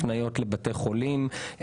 הפניות לבתי חולים,